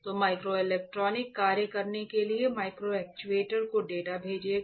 तो माइक्रोइलेक्ट्रॉनिक कार्य करने के लिए माइक्रो एक्ट्यूएटर को डेटा भेजेगा